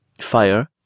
fire